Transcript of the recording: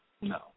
No